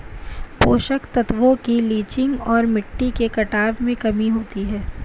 पोषक तत्वों की लीचिंग और मिट्टी के कटाव में कमी होती है